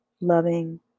loving